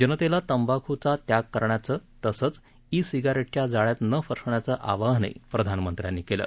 जनतेला तंबाखूचा त्याग करण्याचं तसंच ई सिगारेटच्या जाळ्यात न फसण्याचं आवाहनही प्रधानमंत्र्यांनी केलं